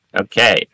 Okay